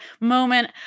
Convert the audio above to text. moment